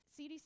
CDC